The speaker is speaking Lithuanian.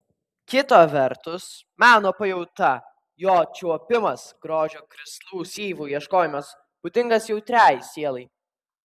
kita vertus meno pajauta jo čiuopimas grožio krislų syvų ieškojimas būdingas jautriai sielai